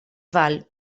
val